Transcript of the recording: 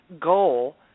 goal